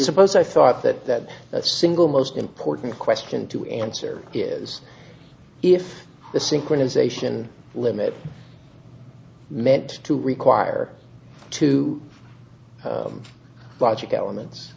suppose i thought that the single most important question to answer is if the synchronisation limit meant to require two logic elements